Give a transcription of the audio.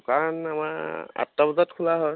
দোকান আমাৰ আঠটা বজাত খোলা হয়